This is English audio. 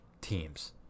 teams